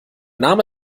name